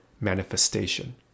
manifestation